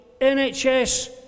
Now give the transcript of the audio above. NHS